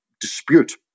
dispute